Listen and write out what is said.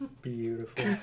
Beautiful